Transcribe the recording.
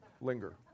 linger